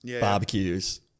barbecues